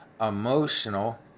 emotional